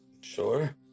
sure